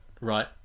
Right